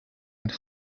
and